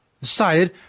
Decided